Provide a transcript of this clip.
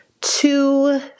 Two